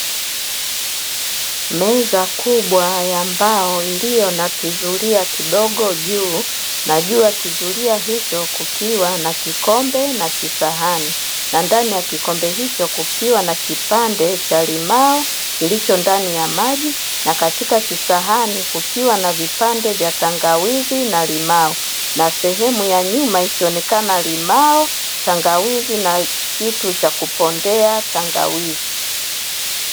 Meza kubwa ya mbao iliyo na kizulia kidogo juu na juu ya kizulia hicho, kukiwa na kikombe na kisahani na ndani ya kikombe hicho kukiwa na kipande cha limao kilicho ndani ya maji na katika kisahani kukiwa na vipande vya tangawizi na limao, na sehemu ya nyuma ikionekana limao, tangawizi na kitu cha kupondea tangawizi.